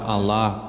Allah